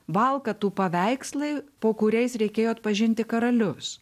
valkatų paveikslai po kuriais reikėjo atpažinti karalius